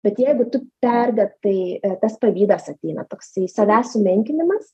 bet jeigu tu perdėtai tas pavydas ateina toksai savęs sumenkinimas